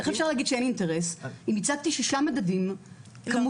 איך אפשר להגיד שאין אינטרס אם הצגתי שישה מדדים כמותיים,